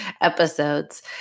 episodes